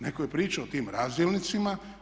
Netko je pričao o tim razdjelnicima.